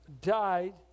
died